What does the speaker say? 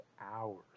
hours